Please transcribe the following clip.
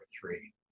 three